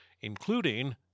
including